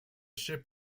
ship